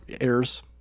errors